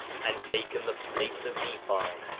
and taken the plates of nephi,